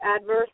adverse